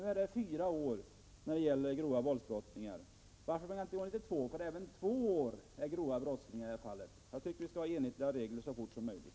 Nu gäller att straffet för grova våldsbrott är fängelse i fyra år. Men även de som döms till två års fängelse är grova brottslingar. Jag tycker att vi skall få enhetliga regler så fort som möjligt.